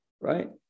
right